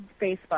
Facebook